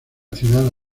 ciudad